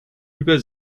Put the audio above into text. über